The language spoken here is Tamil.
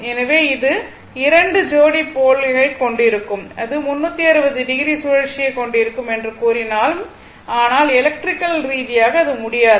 ஆனால் அது 2 ஜோடி போல் கொண்டிருந்தாலும் அது 360 டிகிரி சுழற்சியை கொண்டிருக்கும் என்று கூறினாலும் ஆனால் எலெக்ட்ரிகல் ரீதியாக அது முடியாது